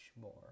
more